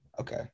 Okay